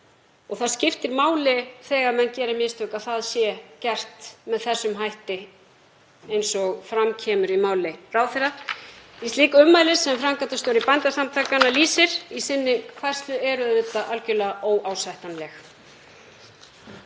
og það skiptir máli þegar menn gera mistök að það sé gert með þessum hætti eins og fram kemur í máli ráðherra, því að slík ummæli sem framkvæmdastjóri Bændasamtakanna lýsir í sinni færslu eru auðvitað algerlega óásættanleg.